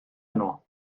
yno